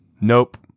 Nope